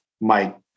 Mike